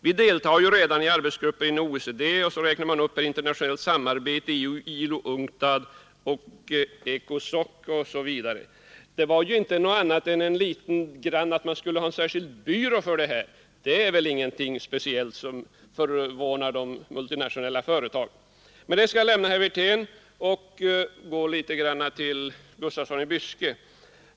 Vi deltar ju redan i arbetsgruppen i OECD ———.” Därefter räknar utskottet upp vilka organ man samarbetar med, t.ex. ILO, UNCTAD och ECOSOC. Det var ju inget annat folkpartiet föreslog än att man skulle ha en särskild byrå för detta, och det är väl ingenting som påverkar de multinationella företagen. Med det kan jag lämna herr Wirtén och säga några ord till herr Gustafsson i Byske.